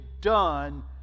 done